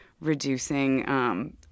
reducing